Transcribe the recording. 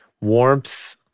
warmth